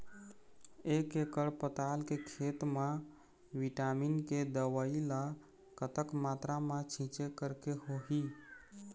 एक एकड़ पताल के खेत मा विटामिन के दवई ला कतक मात्रा मा छीचें करके होही?